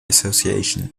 association